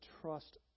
trust